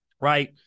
right